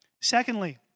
Secondly